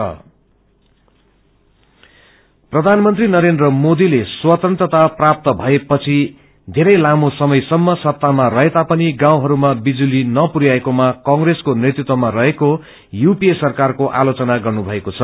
power प्रधानमंत्री नरेन्द्र मोदीले स्वतन्त्रता प्राप्त भएपछि धेरै लामो समयसम्म सत्तामा रहेता पनि गाउँहरूमा विजुली नपुरयाएकोमा कंगेसको नेतृत्वमा रहेको यूपीए सरकारको आलोचना गर्नुभएको द